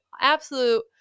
absolute